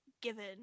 Given